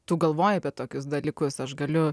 tu galvoji apie tokius dalykus aš galiu